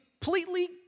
completely